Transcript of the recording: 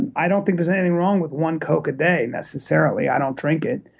and i don't think there's anything wrong with one coke a day necessarily. i don't drink it.